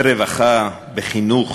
ברווחה, בחינוך,